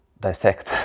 dissect